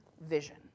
vision